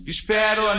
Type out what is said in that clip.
Espero